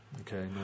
Okay